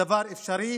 הדבר אפשרי